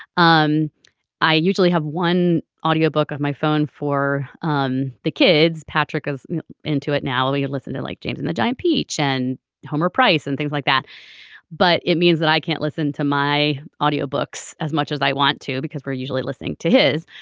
um i usually have one audio book of my phone for um the kids. patrick is into it. now ah you listen to like james and the giant peach and homer price and things like that but it means that i can't listen to my audiobooks as much as i want to because we're usually listening to his.